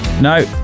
No